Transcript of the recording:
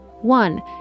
One